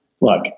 look